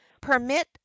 permit